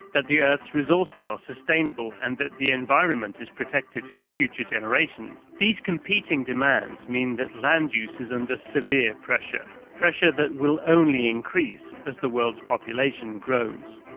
that the earth's resources are sustainable and that the environment is protected protected for future generations. these competing demands mean that land use is under severe pressure, pressure that will only increase as the world's population grows.